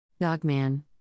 Dogman